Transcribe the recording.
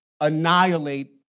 annihilate